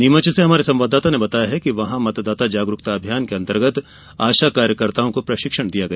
नीमच से हमारे संवाददाता ने बताया है कि वहां मतदाता जागरुकता अभियान के अंतर्गत आशा कार्यकर्ताओं को प्रशिक्षण दिया गया